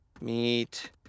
meet